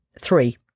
three